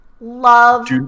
Love